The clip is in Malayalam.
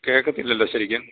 കേൾക്കത്തില്ലല്ലോ ശെരിക്കും